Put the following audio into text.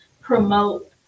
promote